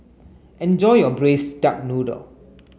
enjoy your braised duck noodle